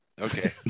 Okay